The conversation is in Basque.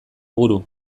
buru